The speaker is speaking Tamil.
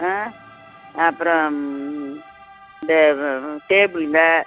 ஆ அப்புறம் இந்த டேபிள்ங்க